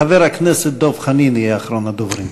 חבר הכנסת דב חנין יהיה אחרון הדוברים.